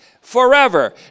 forever